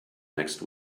next